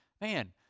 man